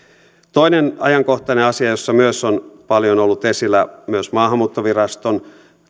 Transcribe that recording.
toisessa ajankohtaisessa asiassa jossa on paljon ollut esillä myös maahanmuuttoviraston